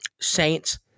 saints